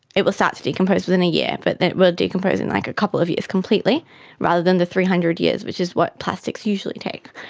it will start to decompose within a year, but then it will decompose in like a couple of years completely rather than the three hundred years which is what plastics usually take.